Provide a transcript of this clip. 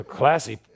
classy